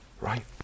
Right